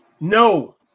no